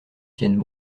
tiennent